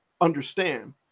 understand